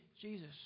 Jesus